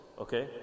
okay